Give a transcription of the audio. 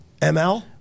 ML